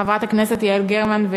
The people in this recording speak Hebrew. חברת הכנסת יעל גרמן,